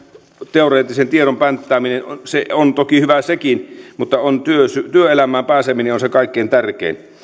teoreettisen tiedon pänttääminen on toki hyvä sekin mutta työelämään pääseminen on se kaikkein tärkein